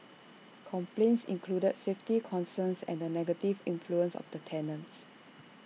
complaints included safety concerns and the negative influence of the tenants